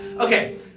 Okay